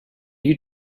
you